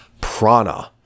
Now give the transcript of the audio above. prana